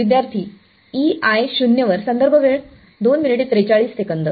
विद्यार्थीः e i 0 वर